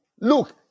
look